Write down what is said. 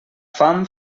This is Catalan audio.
fam